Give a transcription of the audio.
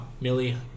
Millie